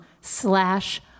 slash